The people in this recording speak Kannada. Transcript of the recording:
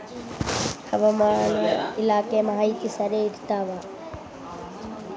ಹವಾಮಾನ ಇಲಾಖೆ ಮಾಹಿತಿ ಸರಿ ಇರ್ತವ?